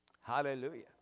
Hallelujah